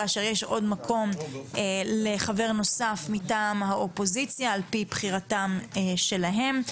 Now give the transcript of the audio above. כאשר יש עוד מקום לחבר נוסף מטעם האופוזיציה על פי בחירתם שלהם.